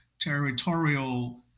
territorial